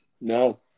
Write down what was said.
No